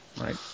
right